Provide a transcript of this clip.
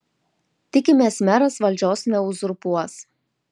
tikimės meras valdžios neuzurpuos